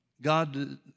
God